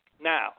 Now